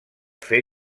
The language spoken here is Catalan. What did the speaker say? fer